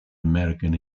american